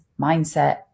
mindset